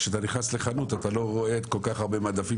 כשאתה נכנס לחנות אתה לא רואה כל כך הרבה מדפים